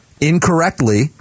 incorrectly